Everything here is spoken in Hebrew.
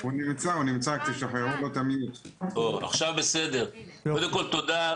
קודם כול, תודה.